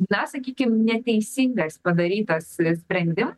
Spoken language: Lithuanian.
na sakykim neteisingas padarytas sprendim